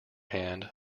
hand